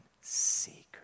secret